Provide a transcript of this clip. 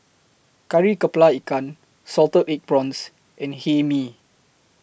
Kari Kepala Ikan Salted Egg Prawns and Hae Mee